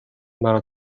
مرا